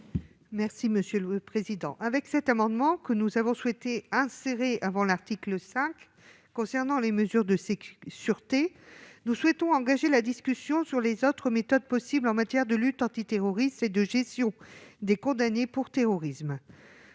Gréaume. Au travers de cet amendement, que nous avons souhaité insérer avant l'article 5 relatif aux mesures de sécurité, nous souhaitons engager la discussion sur les autres méthodes possibles en matière de lutte antiterroriste et de gestion des condamnés pour terrorisme.